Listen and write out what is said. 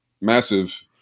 massive